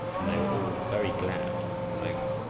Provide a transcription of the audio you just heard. and they were all very glad it was over.